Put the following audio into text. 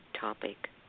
topic